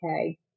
okay